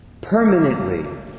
permanently